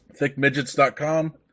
Thickmidgets.com